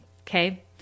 Okay